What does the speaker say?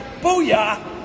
Booyah